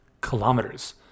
kilometers